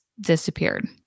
disappeared